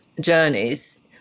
journeys